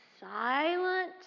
silent